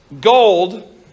gold